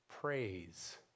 praise